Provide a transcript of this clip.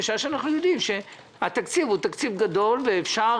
בשעה שאנחנו יודעים שהתקציב הוא תקציב גדול ואפשר